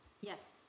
Yes